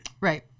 Right